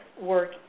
work